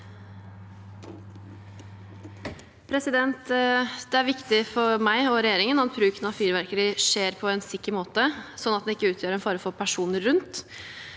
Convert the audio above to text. Det er viktig for meg og regjeringen at bruken av fyrverkeri skjer på en sikker måte, slik at det ikke utgjør en fare for personer rundt,